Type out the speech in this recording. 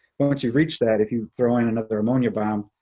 but once you've reached that, if you throw in another ammonia bomb,